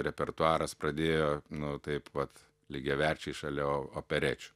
repertuaras pradėjo nu taip vat lygiaverčiai šalia operečių